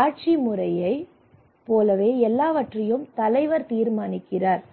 ஆட்சி முறையைப் போலவே எல்லாவற்றையும் தலைவர் தீர்மானிக்கிறார்